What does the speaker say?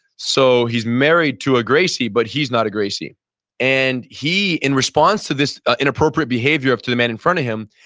so he's married to a gracie, but he's not a gracie and he in response to this inappropriate behavior up to the man in front of him,